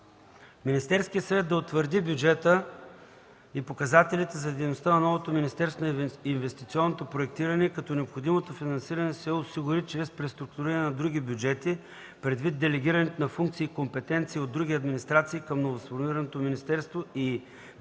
Министерският съвет да утвърди бюджета и показателите за дейността на новото Министерство на инвестиционното проектиране, като необходимото финансиране се осигури чрез преструктуриране на други бюджети предвид делегирането на функции и компетенции от други администрации към новосформираното министерство и б)